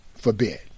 forbid